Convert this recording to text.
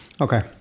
Okay